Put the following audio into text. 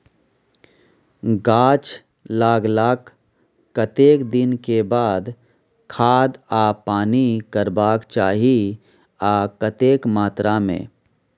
गाछ लागलाक कतेक दिन के बाद खाद आ पानी परबाक चाही आ कतेक मात्रा मे?